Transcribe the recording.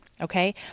Okay